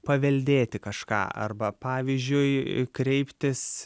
paveldėti kažką arba pavyzdžiui kreiptis